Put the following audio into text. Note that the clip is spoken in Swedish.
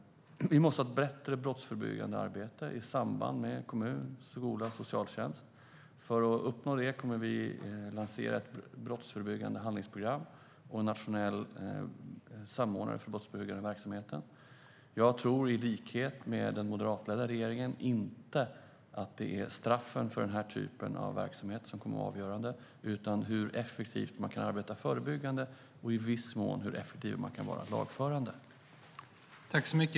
Vi måste ha ett bättre brottsförebyggande arbete i samarbete mellan kommun, skola och socialtjänst. För att uppnå detta kommer vi att lansera ett brottsförebyggande handlingsprogram och tillsätta en nationell samordnare för den brottsförebyggande verksamheten. I likhet med den moderatledda regeringen tror inte heller jag att det är straffen för den här typen av brott som kommer att vara avgörande, utan det är hur effektivt man kan arbeta förebyggande och i viss mån hur effektivt ett lagförande kan vara.